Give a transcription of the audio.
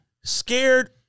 Scared